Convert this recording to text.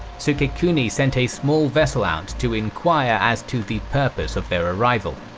sukekuni sent a small vessel out to inquire as to the purpose of their arrival.